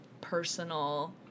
personal